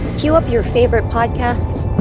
queue up your favorite podcasts,